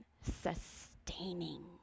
sustaining